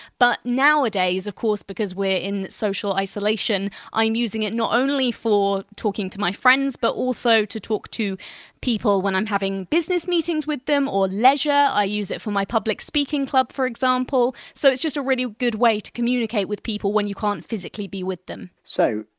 but nowadays, of course, because we're in social isolation, i'm using it not only for talking to my friends but also to talk to people when i'm having business meetings with them or leisure i use it for my public speaking club, for example. so, it's just a really good way to communicate with people when you can't physically be with them so,